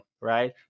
Right